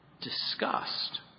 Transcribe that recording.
disgust